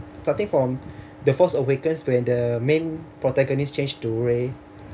starting from the force awakens when the main protagonist change to rey